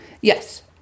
Yes